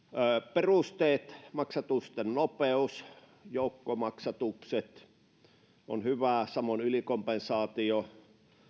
perusteet maksatusten nopeus joukkomaksatukset ovat hyvät samoin ylikompensaatio